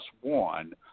one